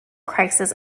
crisis